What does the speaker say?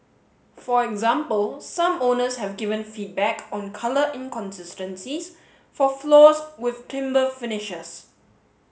for example some owners have given feedback on colour inconsistencies for floors with timber finishers